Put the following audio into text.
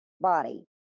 body